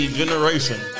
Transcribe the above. generation